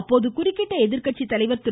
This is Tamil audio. அப்போது குறுக்கிட்ட எதிர்க்கட்சி தலைவர் திரு